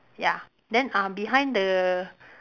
ya then uh behind the